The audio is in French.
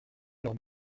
leurs